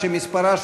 שמספרה,